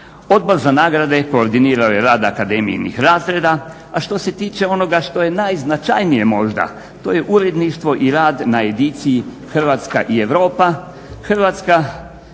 Odbor za nagrade koordinirao je rad akademijinih razreda, a što se tiče onoga što je najznačajnije možda, to je uredništvo i rad na Ediciji Hrvatska i Europa. Hrvatska